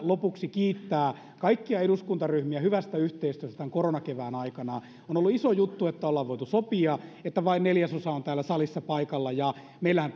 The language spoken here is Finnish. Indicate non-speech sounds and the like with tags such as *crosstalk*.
lopuksi kiittää kaikkia eduskuntaryhmiä hyvästä yhteistyöstä tämän koronakevään aikana on ollut iso juttu että ollaan voitu sopia että vain neljäsosa on täällä salissa paikalla ja meillähän *unintelligible*